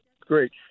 great